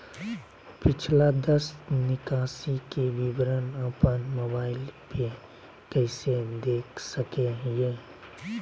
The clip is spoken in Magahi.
पिछला दस निकासी के विवरण अपन मोबाईल पे कैसे देख सके हियई?